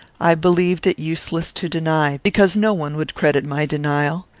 i believed it useless to deny, because no one would credit my denial,